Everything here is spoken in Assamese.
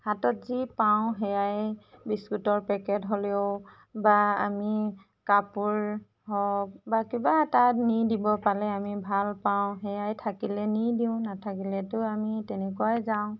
হাতত যি পাওঁ সেয়াই বিস্কুটৰ পেকেট হ'লেও বা আমি কাপোৰ হওক বা কিবা এটা নি দিব পালে আমি ভাল পাওঁ সেয়াই থাকিলে নি দিওঁ নাথাকিলেটো আমি তেনেকুৱাই যাওঁ